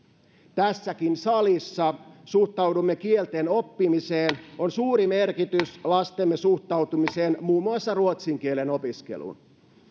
tässäkin salissa suhtaudumme kieltenoppimiseen on suuri merkitys lastemme suhtautumiseen muun muassa ruotsin kielen opiskeluun